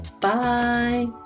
Bye